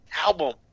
album